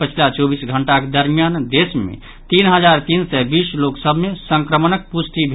पछिला चौबीस घंटाक दरमियान देश मे तीन हजार तीन सय बीस लोक सभ मे संक्रमणक पुष्टि भेल